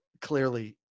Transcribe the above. Clearly